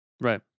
Right